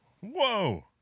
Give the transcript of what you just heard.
Whoa